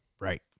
Right